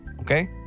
Okay